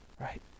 right